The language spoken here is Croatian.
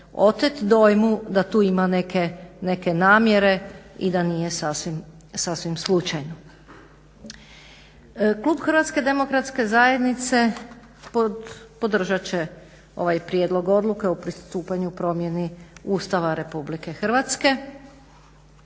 otet dojmu da tu ima neke namjere i da nije sasvim slučajno. Klub HDZ-a podržat će ovaj prijedlog odluke o pristupanju promjeni Ustava Republike Hrvatske.